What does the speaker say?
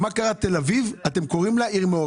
למה תל אביב היא כן מעורבת?